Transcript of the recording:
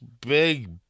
big